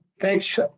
Thanks